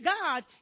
God